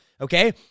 Okay